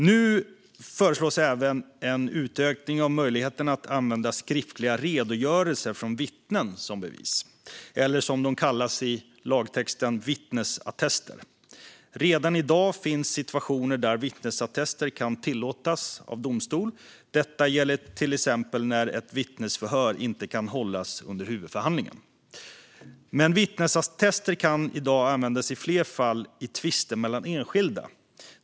Nu föreslås vidare en utökning av möjligheterna att använda skriftliga redogörelser från vittnen som bevis. I lagtexten kallas de vittnesattester. Redan i dag finns situationer där vittnesattester kan tillåtas av domstol. Detta gäller till exempel när ett vittnesförhör inte kan hållas under huvudförhandlingen. Vittnesattester kan i dag användas i fler fall i tvister mellan enskilda.